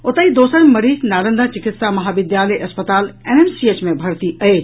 ओतहि दोसर मरीज नालंदा चिकित्सा महाविद्यालय अस्पताल एनएमसीएच मे भर्ती अछि